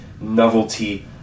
novelty